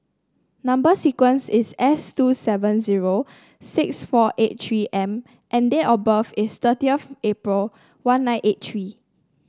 number sequence is S two seven zero six four eight three M and date of birth is thirty of April one nine eight three